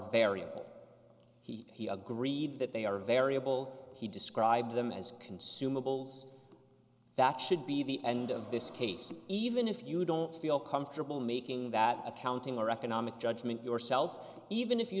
variable he agreed that they are variable he described them as consumables that should be the end of this case even if you don't feel comfortable making that accounting or economic judgment yourself even if you